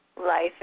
life